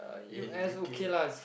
in U_K